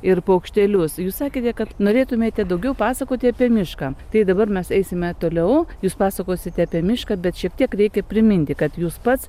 ir paukštelius jūs sakėte kad norėtumėte daugiau pasakoti apie mišką tai dabar mes eisime toliau jūs pasakosite apie mišką bet šiek tiek reikia priminti kad jūs pats